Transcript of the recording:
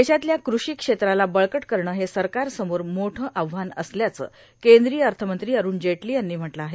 देशातल्या कृषी क्षेत्राला बळकट करणं हे सरकारसमोर मोठं आव्हान असल्याचं कद्रीय अथमंत्री अरुण जेटली यांनी म्हटलं आहे